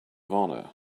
honor